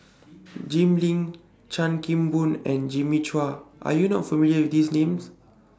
Jim Lim Chan Kim Boon and Jimmy Chua Are YOU not familiar with These Names